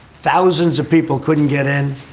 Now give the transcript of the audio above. thousands of people couldn't get in